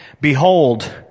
Behold